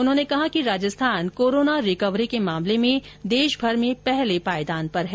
उन्होंने कहा Rajasthan corona recovery के मामले में देशभर में पहले पायदान पर है